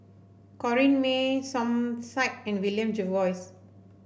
Corrinne May Som Said and William Jervois